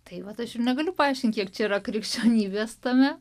tai vat aš ir negaliu paaiškinti kiek čia yra krikščionybės tame